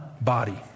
body